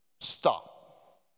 Stop